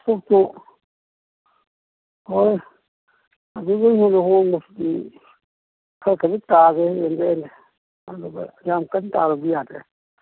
ꯏꯁꯇꯣꯞꯇꯨ ꯍꯣꯏ ꯑꯗꯨꯗꯩ ꯍꯦꯟꯅ ꯍꯣꯡꯕꯁꯤꯗꯤ ꯈꯔ ꯈꯖꯤꯛ ꯇꯥꯒꯦ ꯌꯦꯡꯒꯦ ꯌꯦꯡꯒꯦ ꯑꯗꯨꯒ ꯌꯥꯝ ꯀꯟ ꯇꯥꯕꯗꯤ ꯌꯥꯗ꯭ꯔꯦ